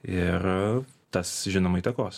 ir tas žinoma įtakos